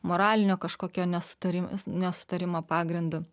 moralinio kažkokio nesutarim nesutarimo pagrindu